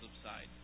subside